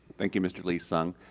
thank you, mr. lee-sung.